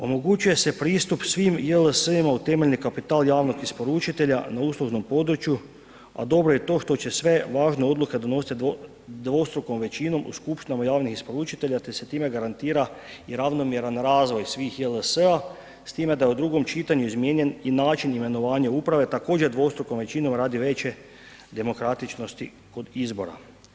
Omogućuje se pristup svim JLS-ima u temeljni kapital javnog isporučitelja na uslužnom području a dobro je i to što će sve važne odluke donositi dvostrukom većinom u skupštinama javnih isporučitelja te se time garantira i ravnomjeran razvoj svih JLS-a s time da je u dugom čitanju izmijenjen i način imenovanja uprave također dvostrukom većinom radi veče demokratičnosti kod izbora.